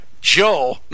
Joe